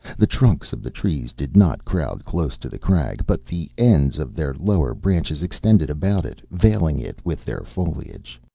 the trunks of the trees did not crowd close to the crag, but the ends of their lower branches extended about it, veiling it with their foliage.